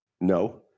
No